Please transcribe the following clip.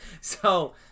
So-